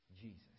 Jesus